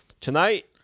Tonight